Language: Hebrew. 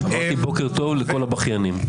אמרתי בוקר טוב לכל הבכיינים.